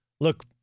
look